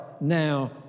now